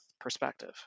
perspective